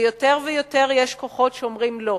ויש יותר ויותר כוחות שאומרים: לא.